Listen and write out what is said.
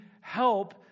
help